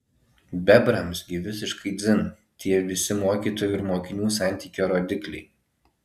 bebrams gi visiškai dzin tie visi mokytojų ir mokinių santykio rodikliai